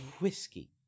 Whiskey